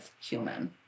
human